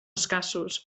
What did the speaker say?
escassos